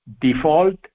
default